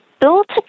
built